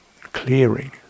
Clearing